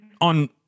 on